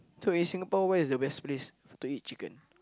so in Singapore where is the best place to eat chicken